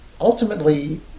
ultimately